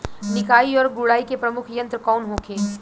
निकाई और गुड़ाई के प्रमुख यंत्र कौन होखे?